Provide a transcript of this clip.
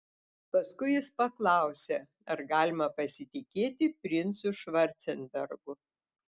paskui jis paklausė ar galima pasitikėti princu švarcenbergu